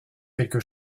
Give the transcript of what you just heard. quelque